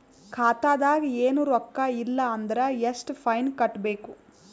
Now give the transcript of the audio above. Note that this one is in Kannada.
ಖಾತಾದಾಗ ಏನು ರೊಕ್ಕ ಇಲ್ಲ ಅಂದರ ಎಷ್ಟ ಫೈನ್ ಕಟ್ಟಬೇಕು?